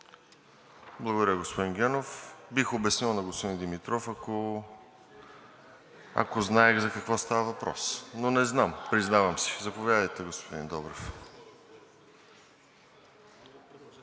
Благодаря, господин Генов. Бих обяснил на господин Димитров, ако знаех за какво става въпрос, но не знам – признавам си. Заповядайте, господин Добрев.